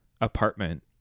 apartment